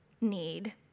need